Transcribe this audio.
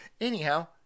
anyhow